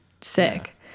sick